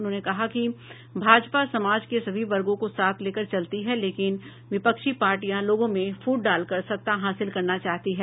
उन्होंने कहा कि भाजपा समाज के सभी वर्गों को साथ लेकर चलती है लेकिन विपक्षी पार्टीयां लोगों में फूट डालकर सत्ता हासिल करना चाहती हैं